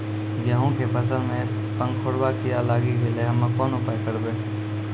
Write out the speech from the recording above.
गेहूँ के फसल मे पंखोरवा कीड़ा लागी गैलै हम्मे कोन उपाय करबै?